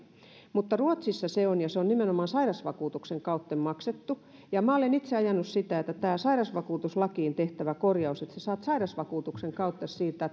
mutta ruotsissa se on ja se on nimenomaan sairausvakuutuksen kautta maksettu minä olen itse ajanut sairausvakuutuslakiin tehtävää korjausta että saat sairausvakuutuksen kautta